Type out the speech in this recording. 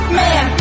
man